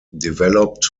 developed